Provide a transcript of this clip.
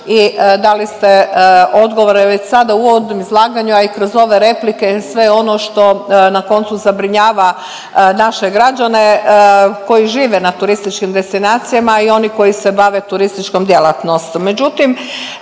i dali ste odgovore već sada u uvodnom izlaganju, a i kroz ove replike, sve ono što na koncu zabrinjava naše građane koji žive na turističkim destinacijama i oni koji se bave turističkom djelatnosti.